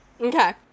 Okay